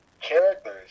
characters